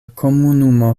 komunumo